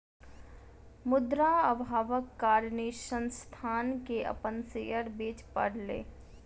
मुद्रा अभावक कारणेँ संस्थान के अपन शेयर बेच पड़लै